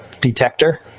detector